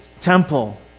temple